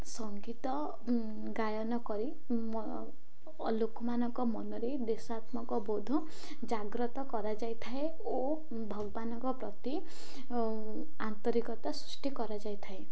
ସଙ୍ଗୀତ ଗାୟନ କରି ଲୋକମାନଙ୍କ ମନରେ ଦେଶାତ୍ମକ ବୋଧ ଜାଗ୍ରତ କରାଯାଇଥାଏ ଓ ଭଗବାନଙ୍କ ପ୍ରତି ଆନ୍ତରିକତା ସୃଷ୍ଟି କରାଯାଇଥାଏ